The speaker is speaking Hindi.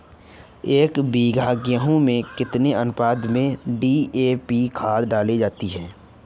एक बीघे गेहूँ में कितनी अनुपात में डी.ए.पी खाद डालनी चाहिए?